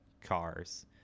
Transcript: cars